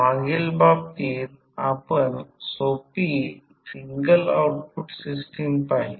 मागील बाबतीत आपण सोपी सिंगल आउटपुट सिस्टम पाहिली